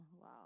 Wow